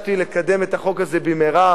לקדם את החוק הזה במהרה,